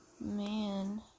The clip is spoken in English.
Man